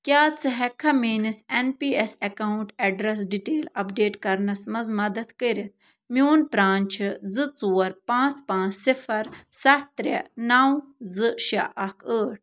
کیٛاہ ژٕ ہیٚکہِ کھا میٛٲنِس N P S address detail update کرنَس منٛز مدد کٔرِتھ میٛون پرٛان چھُ زٕ ژور پانٛژھ پانٛژھ صِفَر سَتھ ترٛےٚ نَو زٕ شےٚ اَکھ ٲٹھ